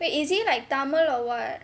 wait is he like tamil or [what]